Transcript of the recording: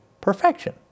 perfection